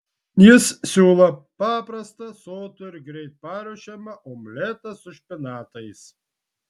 jis siūlo paprastą sotų ir greitai paruošiamą omletą su špinatais